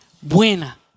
buena